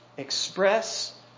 express